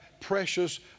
precious